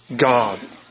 God